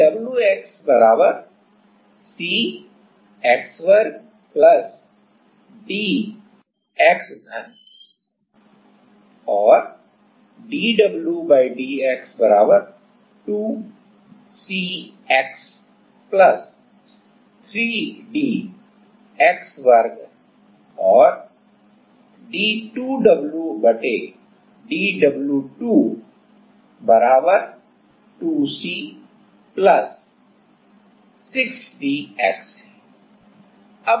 इसलिए wx C x वर्ग जमा D x घन और dw dx 2 C x जमा 3 D x वर्ग और d2wdw2 से 2 C जमा 6 D x है